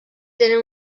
tenen